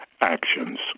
actions